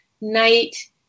night